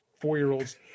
four-year-old's